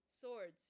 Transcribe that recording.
Swords